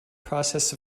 process